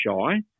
shy